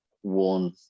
one